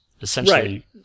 essentially